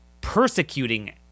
persecuting